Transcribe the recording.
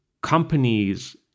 companies